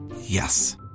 Yes